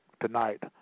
Tonight